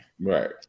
Right